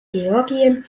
georgien